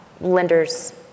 lenders